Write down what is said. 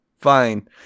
Fine